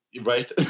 Right